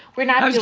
we're not